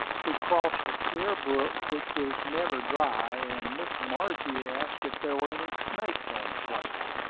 we crossed a clear brook which was never dry and miss margie asked if there were any snakes on the place.